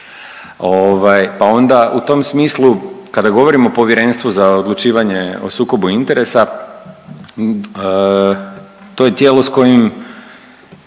pa onda u tom smislu kada govorimo o Povjerenstvu za odlučivanje o sukobu interesa, to je tijelo s kojim